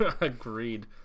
agreed